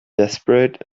desperate